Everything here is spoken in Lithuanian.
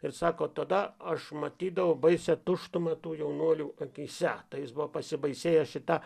ir sako tada aš matydavau baisią tuštumą tų jaunuolių akyse tai jis buvo pasibaisėjęs šita